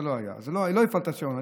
לא הפעלת שעון,